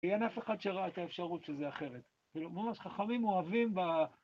אין אף אחד שראה את האפשרות שזה אחרת. כאילו, ממש חכמים אוהבים ב...